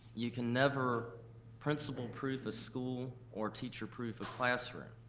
you can never principal-proof a school, or teacher-proof a classroom.